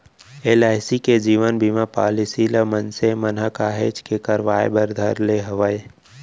LIC के जीवन बीमा पॉलीसी ल मनसे मन ह काहेच के करवाय बर धर ले हवय